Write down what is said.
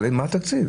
אבל מה התקציב?